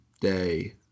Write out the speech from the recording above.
day